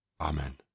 Amen